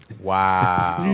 Wow